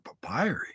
papyri